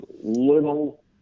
little